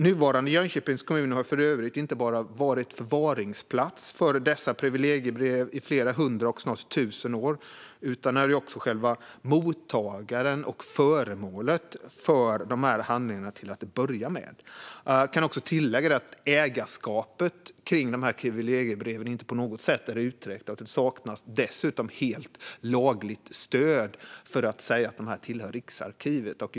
Nuvarande Jönköpings kommun har för övrigt inte bara varit förvaringsplats för dessa privilegiebrev i flera hundra, och snart tusen, år utan är ju också själva mottagaren och föremålet för dessa handlingar till att börja med. Jag kan tillägga att ägarskapet av dessa privilegiebrev inte på något sätt är utrett, så det saknas dessutom lagligt stöd för att säga att de tillhör Riksarkivet.